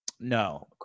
No